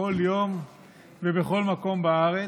בכל יום ובכל מקום בארץ.